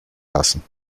lassen